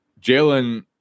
jalen